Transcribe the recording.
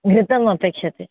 घृतम् अपेक्ष्यते